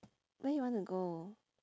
where you want to go